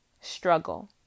struggle